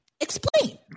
explain